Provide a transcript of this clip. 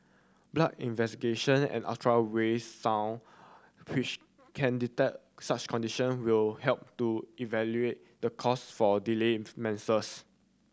blood investigation and ultra ray sound which can detect such condition will help to evaluate the cause for delay menses